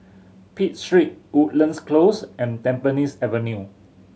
Pitt Street Woodlands Close and Tampines Avenue